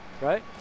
right